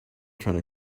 trying